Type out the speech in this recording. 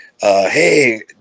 hey